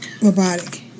Robotic